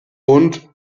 und